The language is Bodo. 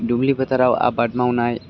दुब्लि फोथाराव आबाद मावनाय